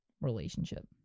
relationship